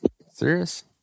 Serious